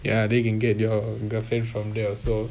ya then can get your girlfriend from there also